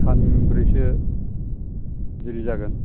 सानब्रैसो देरि जागोन